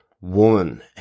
woman